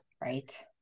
right